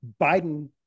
Biden